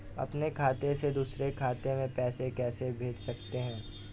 अपने खाते से दूसरे खाते में पैसे कैसे भेज सकते हैं?